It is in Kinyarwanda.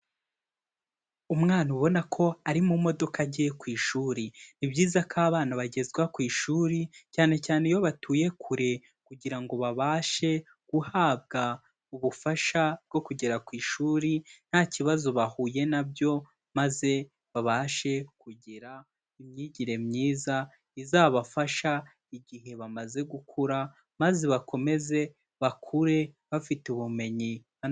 Umwana ubona ko ari mu modoka agiye ku ishuri, ni byiza ko abana bagezwa ku ishuri cyane cyane iyo batuye kure kugira ngo babashe guhabwa ubufasha bwo kugera ku ishuri nta kibazo bahuye na byo, maze babashe kugira imyigire myiza izabafasha igihe bamaze gukura maze bakomeze bakure bafite ubumenyi.